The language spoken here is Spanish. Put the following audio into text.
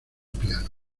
piano